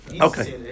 Okay